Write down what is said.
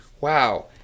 Wow